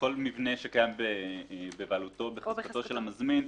מבנה שקיים בבעלותו של המזמין,